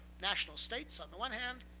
national states, on the one hand,